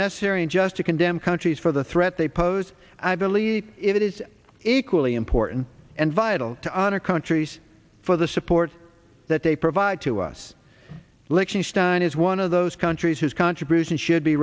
necessary and just to condemn countries for the threat they pose i believe it is equally important and vital to our countries for the support that they provide to us lichtenstein is one of those countries his contribution should be